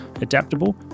adaptable